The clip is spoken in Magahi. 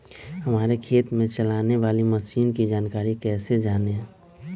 हमारे खेत में चलाने वाली मशीन की जानकारी कैसे जाने?